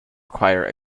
require